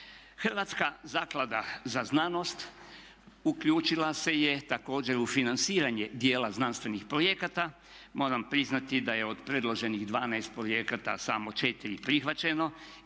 Hrvatska zaklada za znanost uključila se je također u financiranje djela znanstvenih projekata, moram priznati da je od predloženih 12 projekata samo 4 prihvaćeno